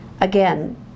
Again